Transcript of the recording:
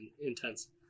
intense